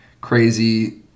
crazy